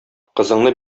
кызыңны